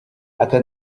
ako